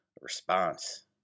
response